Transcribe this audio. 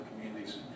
communities